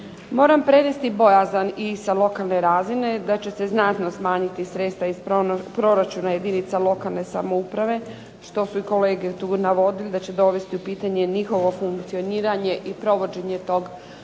Moram prenesti bojazan i sa lokalne razine, da će se znatno smanjiti sredstva iz proračuna jedinica lokalne samouprave, što su i kolege tu navodili da će dovesti u pitanje njihovo funkcioniranje i provođenje tog